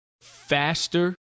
faster